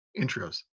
intros